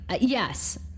Yes